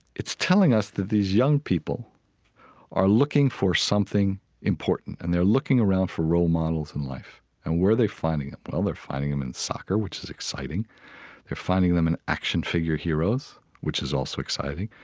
it's telling us that these young people are looking for something important and they're looking around for role models in life and where are they finding them? well, they're finding them in soccer, which is exciting they're finding them in action figure heroes, which is also exciting.